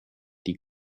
die